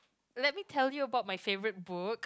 let me tell you about my favourite book